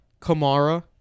Kamara